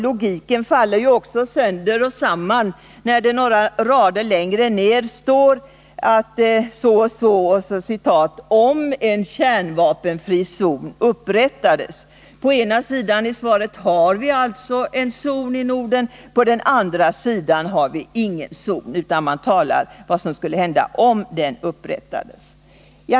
Logiken faller ju också sönder och samman när det några rader längre ned står: ”-—- om en kärnvapenfri zon upprättades.” På ett ställe i svaret har vi alltså en zon — på ett annat har vi ingen zon, utan man talar om vad som skulle hända om en zon upprättades.